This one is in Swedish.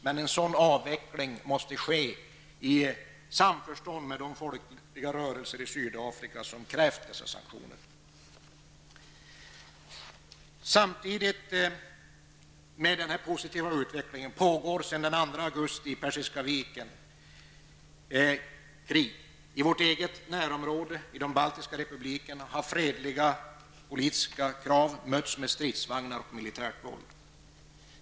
Men en sådan avveckling måste ske i samförstånd med de folkliga rörelser Sydafrika som har krävt de här sanktionerna. Men samtidigt med denna positiva utveckling pågår sedan den 2 augusti kriget vid Persiska viken. I vårt eget närområde, i de baltiska republikerna, har fredliga och politiska krav mötts med stridvagnar och militärt våld.